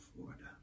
Florida